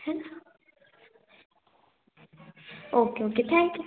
है न okay okay thank you